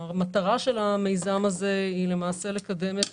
המטרה של המיזם הזה היא למעשה לקדם את